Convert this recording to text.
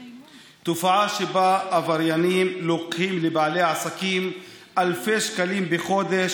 זאת תופעה שבה עבריינים לוקחים לבעלי העסקים אלפי שקלים בחודש